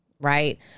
Right